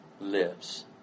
lives